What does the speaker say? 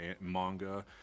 manga